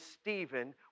Stephen